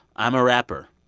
i'm a rapper.